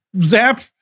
Zap